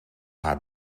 haar